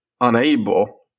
unable